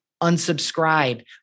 unsubscribe